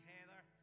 Heather